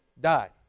died